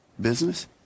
business